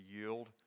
yield